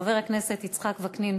חבר הכנסת יצחק וקנין,